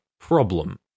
problem